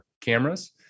cameras